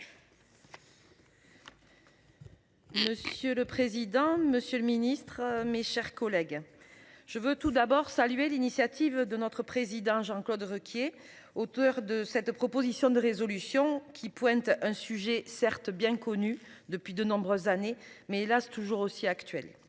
Monsieur le président, Monsieur le Ministre, mes chers collègues, je veux tout d'abord saluer l'initiative de notre président Jean-Claude Requier auteur de cette proposition de résolution qui pointe un sujet certes bien connu depuis de nombreuses années mais hélas toujours aussi actuel.